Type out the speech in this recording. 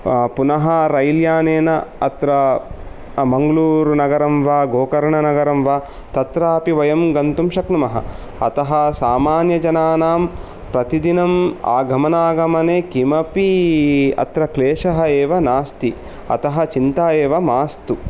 पुनः रेल्यायानेन अत्र मङ्गलूरुनगरं वा गोकर्णनगरं वा तत्रापि वयं गन्तुं शक्नुमः अतः सामन्यजनानां प्रतिदिनम् गमनागमने किमपि अत्र क्लेशः एव नास्ति अतः चिन्ता एव मास्तु